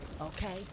okay